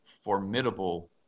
formidable